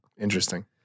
Interesting